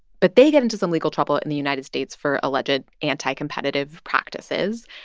but they get into some legal trouble in the united states for alleged anti-competitive practices.